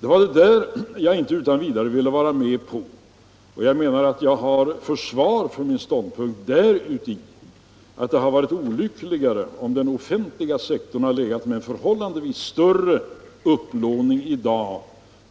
Det var detta som jag inte utan vidare ville vara med om, och jag menar att jag har försvar för min ståndpunkt däruti att det hade varit olyckligare om den offentliga sektorn hade legat med en förhållandevis större upplåning utomlands i dag